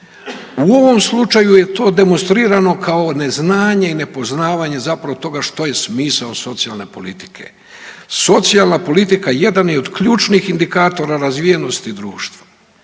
U ovom slučaju je to demonstrirano kao neznanje i nepoznavanje zapravo toga što je smisao socijalne politike. Socijalna politika jedan je od ključnih indikatora razvijenosti društva.